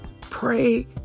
Pray